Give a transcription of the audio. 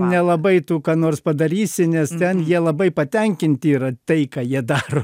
nelabai ką nors padarysi nes ten jie labai patenkinti yra tai ką jie daro